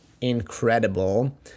incredible